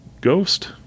Ghost